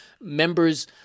members